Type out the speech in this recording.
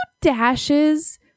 dashes